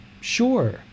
Sure